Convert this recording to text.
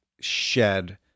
shed